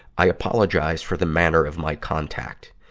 i apologize for the manner of my contact.